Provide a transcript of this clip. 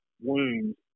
wounds